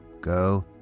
Go